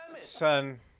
Son